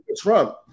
Trump